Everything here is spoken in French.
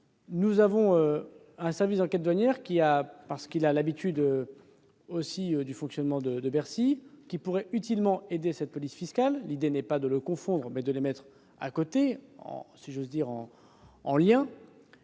Nous avons un service d'enquêtes douanières qui, parce qu'il a l'habitude du fonctionnement de Bercy, pourrait utilement aider cette police fiscale : l'idée n'est pas de les confondre, mais de les mettre l'un à côté de l'autre, en lien.